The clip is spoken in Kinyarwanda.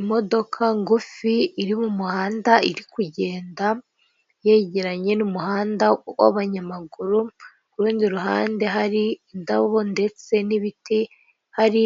Imodoka ngufi iri mu muhanda, iri kugenda, yegeranye n'umuhanda w'abanyamaguru, ku rundi ruhande hari indabo ndetse n'ibiti, hari